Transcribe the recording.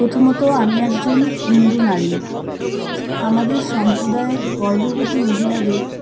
প্রথমত আমি একজন হিন্দু নারী আমাদের সম্প্রদয়ে গর্ভবতী মহিলাদের